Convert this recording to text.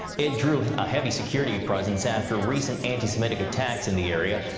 it drew ah heavy security presence after recent anti-semitic attacks in the area.